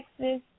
Texas